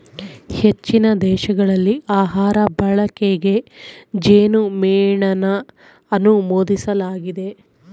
ಹೆಚ್ಚಿನ ದೇಶಗಳಲ್ಲಿ ಆಹಾರ ಬಳಕೆಗೆ ಜೇನುಮೇಣನ ಅನುಮೋದಿಸಲಾಗಿದೆ